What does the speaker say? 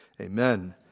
Amen